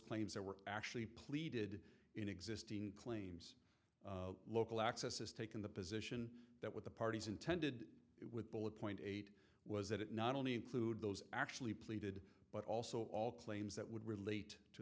claims that were actually pleaded in existing claims local access has taken the position that what the parties intended with bullet point eight was that it not only include those actually pleaded but also all claims that would relate